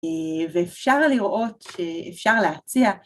‫ואפשר לראות, אפשר להציע.